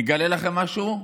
אני אגלה לכם משהו: